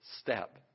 step